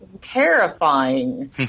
terrifying